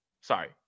sorry